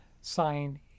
sign